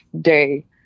day